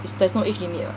there's not age limit [what]